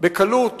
בקלות